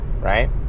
right